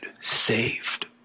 saved